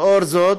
לאור זאת,